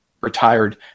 retired